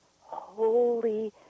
holy